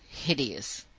hideous!